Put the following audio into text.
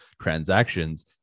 transactions